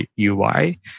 UI